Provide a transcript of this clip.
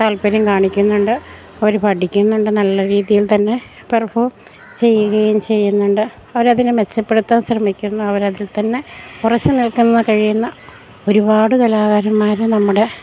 താൽപ്പര്യം കാണിക്കുന്നുണ്ട് അവർ പഠിക്കുന്നുണ്ട് നല്ല രീതിയിൽ തന്നെ പെർഫോം ചെയ്യുകയും ചെയ്യുന്നുണ്ട് അവർ അതിനെ മെച്ചപ്പെടുത്താൻ ശ്രമിക്കുന്നു അവർ അതിൽ തന്നെ ഉറച്ച് നിൽക്കുന്ന കഴിയുന്ന ഒരുപാട് കലാകാരന്മാരും നമ്മുടെ